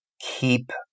keep